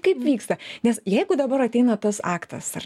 kaip vyksta nes jeigu dabar ateina tas aktas ar